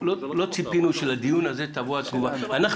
לא ציפינו שלדיון הזה תבוא התגובה אנחנו